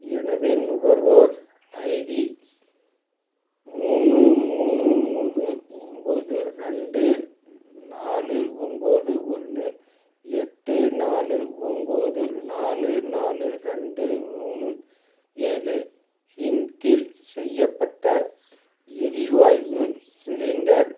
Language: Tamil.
எனது நுகர்வோர் ஐடி மூணு மூணு மூணு ஒன்போது ரெண்டு நாலு ஒன்போது ஒன்று எட்டு நாலு ஒன்போது நாலு நாலு ரெண்டு மூணு ஏழு இன் கீழ் செய்யப்பட்ட எரிவாய்வு சிலிண்டர்